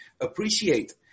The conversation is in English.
appreciate